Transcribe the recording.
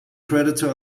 predator